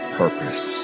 purpose